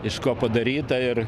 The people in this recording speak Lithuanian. iš ko padaryta ir